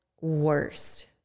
worst